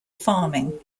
farming